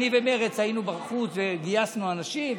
אני ומרצ היינו בחוץ וגייסנו אנשים,